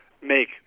make